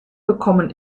bekommen